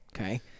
Okay